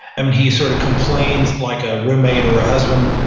i mean he sort of complains like a roommate or a husband,